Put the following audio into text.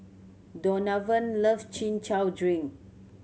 Donavan love Chin Chow drink